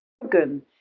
organ